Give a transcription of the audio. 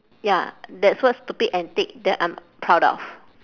ya that's what stupid antic that I'm proud of